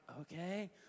okay